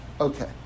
Okay